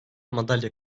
madalya